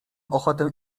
ochotę